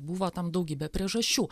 buvo tam daugybę priežasčių